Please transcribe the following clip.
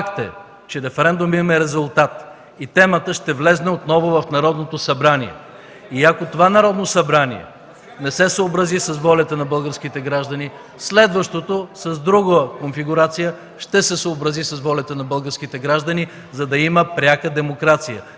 че референдумът има резултат и темата ще влезе отново в Народното събрание и ако това Народно събрание не се съобрази с волята на българските граждани, следващото с друга конфигурация ще се съобрази с волята на българските граждани, за да има пряка демокрация,